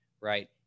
right